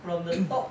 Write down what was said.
from the top